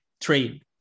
Trade